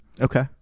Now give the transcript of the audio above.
okay